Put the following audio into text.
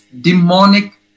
demonic